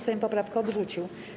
Sejm poprawkę odrzucił.